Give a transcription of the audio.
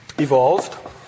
evolved